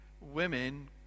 women